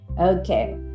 okay